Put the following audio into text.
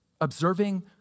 Observing